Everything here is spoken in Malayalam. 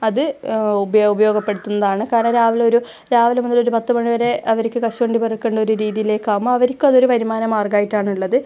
അത് ഉപ് ഉപയോഗപ്പെടുത്തുന്നതാണ് കാരണം രാവിലെ ഒരു രാവിലെ മുതൽ ഒരു പത്തുമണിവരെ അവർക്ക് കശുവണ്ടി പറക്കണ്ട ഒരു രീതിയിലേക്കാവുമ്പോൾ അവർക്ക് അത് ഒരു വരുമാനമാർഗമായിട്ടാണ് ഉള്ളത്